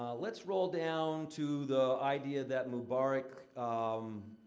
let's roll down to the idea that mubarak, um.